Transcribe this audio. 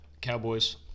Cowboys